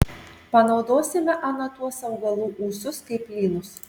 panaudosime ana tuos augalų ūsus kaip lynus